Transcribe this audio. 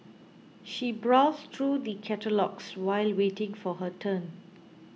she browsed through the catalogues while waiting for her turn